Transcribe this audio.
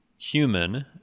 human